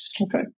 Okay